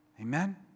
Amen